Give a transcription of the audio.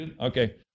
Okay